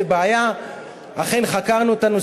זאת בעיה.